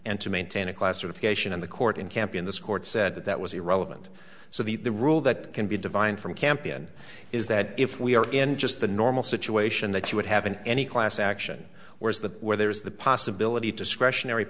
and to maintain a classification in the court in camp in this court said that that was irrelevant so the rule that can be divined from campion is that if we are in just the normal situation that you would have an any class action where's the where there is the possibility of discretionary